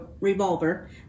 revolver